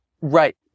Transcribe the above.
Right